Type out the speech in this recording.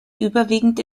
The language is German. überwiegend